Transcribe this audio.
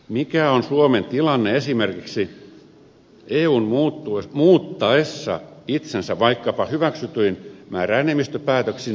mikä on suomen tilanne esimerkiksi eun muuttaessa itsensä vaikkapa hyväksytyin määräenemmistöpäätöksin liittovaltioksi